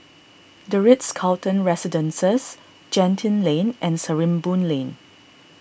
the Ritz Carlton Residences Genting Lane and Sarimbun Lane